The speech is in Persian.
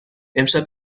امشب